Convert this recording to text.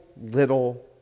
little